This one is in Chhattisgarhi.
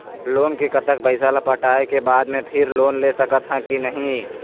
लोन के कतक पैसा ला पटाए के बाद मैं फिर लोन ले सकथन कि नहीं?